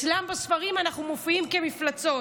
אצלם בספרים אנחנו מופיעים כמפלצות,